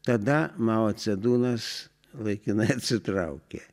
tada mao cedūnas laikinai atsitraukė